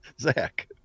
Zach